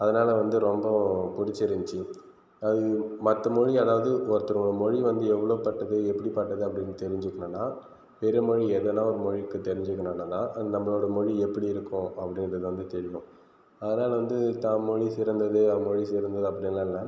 அதனால் வந்து ரொம்ப புடிச்சிருஞ்சு அது மற்ற மொழி அதாவது ஒருத்தர் ஒரு மொழி வந்து எவ்வளோபட்டது எப்படிபட்டது அப்படின்னு தெரிஞ்சிக்கனும்னா பிறமொழி ஏதனா ஒரு மொழிக்கு தெரிஞ்சிக்கணும்னா நம்மளோட மொழி எப்படி இருக்கும் அப்படின்றது வந்து தெரியணும் அதனால் வந்து தான் மொழி சிறந்தது அந்த மொழி சிறந்தது அப்படியெல்லாம் இல்லை